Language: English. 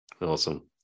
Awesome